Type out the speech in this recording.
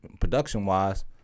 production-wise